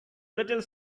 little